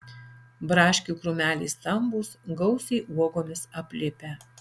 braškių krūmeliai stambūs gausiai uogomis aplipę